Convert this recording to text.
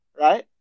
Right